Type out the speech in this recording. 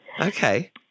Okay